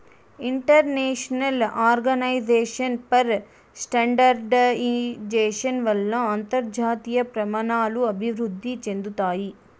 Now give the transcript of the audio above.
international organization for standardization వల్ల అంతర్జాతీయ ప్రమాణాలు అభివృద్ధి చెందుతాయి